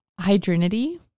hydrinity